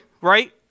right